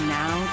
now